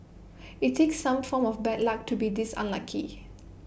IT takes some form of bad luck to be this unlucky